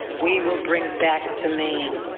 we will bring back to maine.